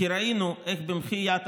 ראינו איך במחי יד,